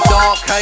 dark